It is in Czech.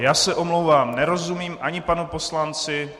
Já se omlouvám, nerozumím ani panu poslanci.